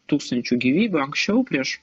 tūkstančių gyvybių anksčiau prieš